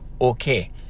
okay